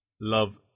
love